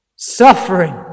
suffering